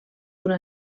una